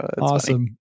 Awesome